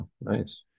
nice